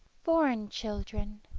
foreign children